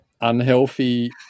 unhealthy